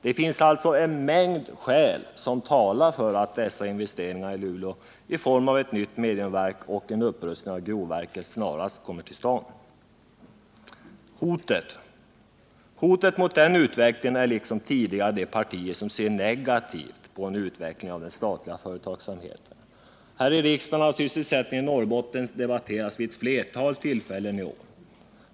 Det finns alltså en mängd skäl som talar för att dessa investeringar i Luleå, i form av ett nytt mediumverk och en upprustning av grovverket, görs snarast. Hotet mot den utvecklingen nu liksom tidigare är de partier som ser negativt på en utveckling av den statliga företagsamheten. Här i riksdagen har sysselsättningen i Norrbotten debatterats vid ett flertal tillfällen i år.